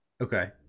okay